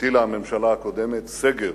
הטילה הממשלה הקודמת סגר,